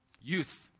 Youth